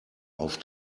auf